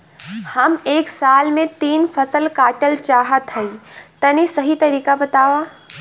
हम एक साल में तीन फसल काटल चाहत हइं तनि सही तरीका बतावा?